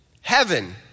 heaven